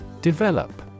Develop